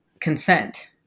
consent